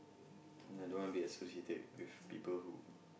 and I don't want to be associated with people with who